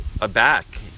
aback